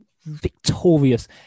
victorious